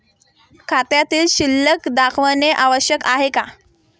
खात्यातील शिल्लक दाखवणे आवश्यक आहे का?